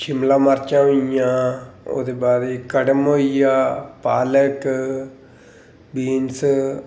शिमला मर्च होई गेइयां ओह्दे बाद च कड़म होई गेआ पालक होई बीनस